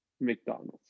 McDonald's